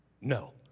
no